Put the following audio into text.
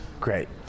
Great